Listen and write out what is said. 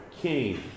king